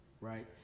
Right